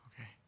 Okay